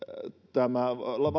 tämä